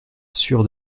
sûre